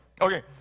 Okay